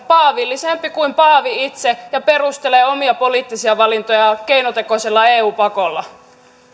paavillisempi kuin paavi itse ja perustelee omia poliittisia valintojaan keinotekoisella eu pakolla